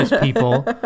people